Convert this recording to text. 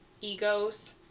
egos